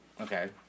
Okay